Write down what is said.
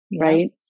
right